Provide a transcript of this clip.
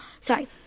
sorry